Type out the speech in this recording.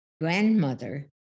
grandmother